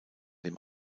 dem